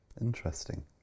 Interesting